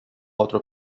otro